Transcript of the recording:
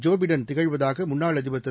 Joe Biden திகழ்வதாக முன்னாள் அதிபர் திரு